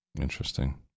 Interesting